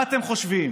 מה אתם חושבים,